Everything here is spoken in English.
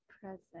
present